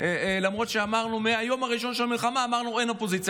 למרות שמהיום הראשון של המלחמה אמרנו שאין אופוזיציה